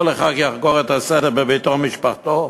כל אחד יחגוג את הסדר בביתו ובמשפחתו,